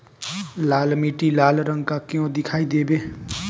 लाल मीट्टी लाल रंग का क्यो दीखाई देबे?